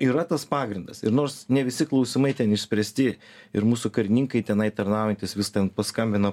yra tas pagrindas ir nors ne visi klausimai ten išspręsti ir mūsų karininkai tenai tarnaujantys vis ten paskambino